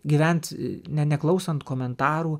gyvent ne neklausant komentarų